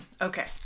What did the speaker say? Okay